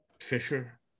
Fisher